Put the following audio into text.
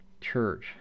church